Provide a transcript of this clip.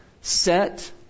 set